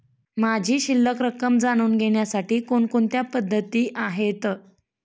माझी शिल्लक रक्कम जाणून घेण्यासाठी कोणकोणत्या पद्धती आहेत?